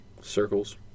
Circles